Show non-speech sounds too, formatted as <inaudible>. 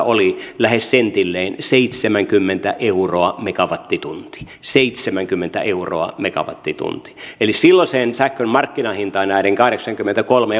<unintelligible> oli lähes sentilleen seitsemänkymmentä euroa megawattitunti seitsemänkymmentä euroa megawattitunti eli silloiseen sähkön markkinahintaan nähden kahdeksankymmentäkolme <unintelligible>